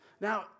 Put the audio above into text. Now